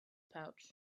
pouch